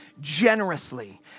generously